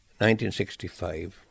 1965